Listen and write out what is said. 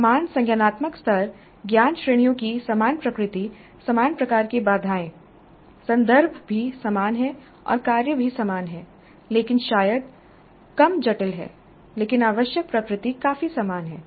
समान संज्ञानात्मक स्तर ज्ञान श्रेणियों की समान प्रकृति समान प्रकार की बाधाएं संदर्भ भी समान है और कार्य भी समान है लेकिन शायद कम जटिल है लेकिन आवश्यक प्रकृति काफी समान है